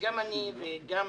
גם אני וגם